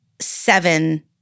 seven